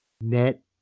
net